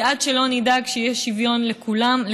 כי עד שלא נדאג שיהיה שוויון לכולם,